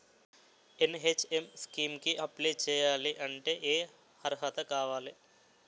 NHM scheme కి apply చేయాలి అంటే ఏ అర్హత కావాలి?